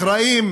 אחראים